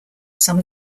some